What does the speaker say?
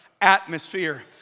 atmosphere